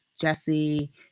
Jesse